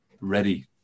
ready